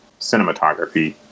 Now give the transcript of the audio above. cinematography